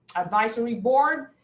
advisory board.